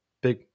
Big